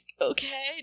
okay